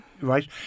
Right